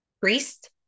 priest